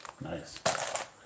nice